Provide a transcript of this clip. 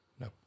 No